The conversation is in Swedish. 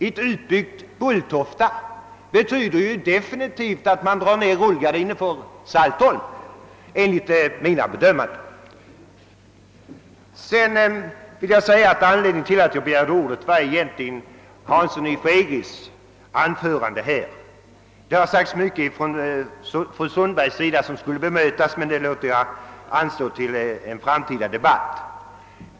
Ett utbyggt Bulltofta betyder i så fall att man enligt min mening definitivt drar ned rullgardinen för Saltholm. Det var egentligen herr Hansson i Skegrie som uppkallade mig. även fru Sundberg har sagt en hel del som egentligen skulle kräva ett bemötande, men jag låter detta anstå till en framtida debatt.